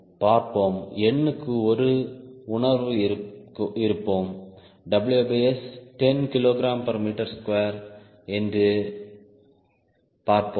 பார்ப்போம் எண்ணுக்கு ஒரு உணர்வு இருப்போம் WS 10 kgm2 என்று பார்ப்போம்